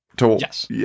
Yes